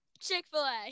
Chick-fil-A